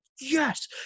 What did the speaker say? yes